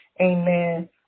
Amen